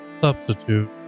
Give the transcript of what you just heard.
substitute